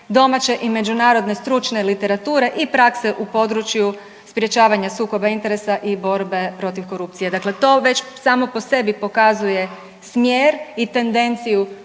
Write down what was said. domaće i međunarodne stručne literature i prakse u području sprječavanja sukoba interesa i borbe protiv korupcije. Dakle to već samo po sebi pokazuje smjer i tendenciju